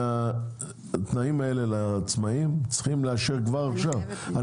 שמשהו מהתנאים האלה לעצמאים צריך לאשר כבר עכשיו.